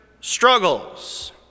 struggles